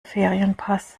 ferienpass